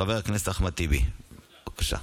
חבר הכנסת אחמד טיבי, בבקשה.